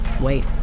Wait